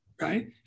right